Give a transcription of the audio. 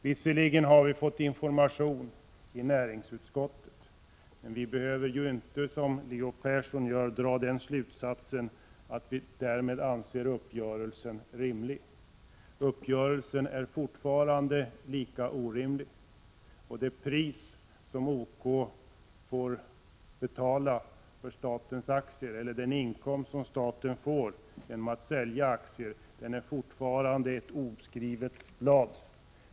Visserligen har vi fått information i näringsutskottet, men vi behöver inte, som Leo Persson gör, dra den slutsatsen att vi därmed anser uppgörelsen rimlig. Uppgörelsen är fortfarande lika orimlig. Det pris som OK får betala för statens aktier och den inkomst som staten får genom att sälja aktierna är fortfarande ett oskrivet blad.